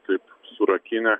taip surakinę